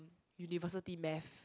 University math